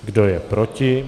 Kdo je proti?